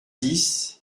dix